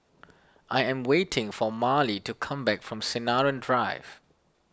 I am waiting for Marlie to come back from Sinaran Drive